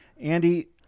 Andy